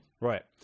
right